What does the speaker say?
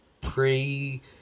pre